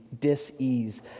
dis-ease